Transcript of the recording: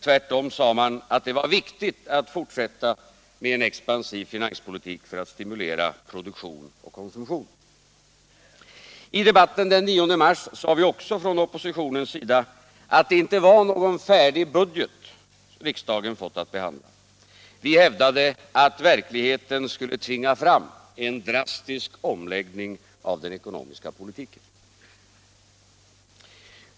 Tvärtom sade man att det var viktigt att fortsätta en expansiv finanspolitik för att stimulera produktion och konsumtion. I debatten den 9 mars sade vi också från oppositionens sida att det inte var någon färdig budget riksdagen fått att behandla. Vi hävdade att verkligheten skulle tvinga fram en drastisk omläggning av den ekonomiska politiken.